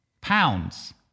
Pounds